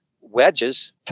wedges